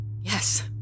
Yes